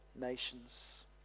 nations